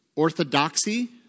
orthodoxy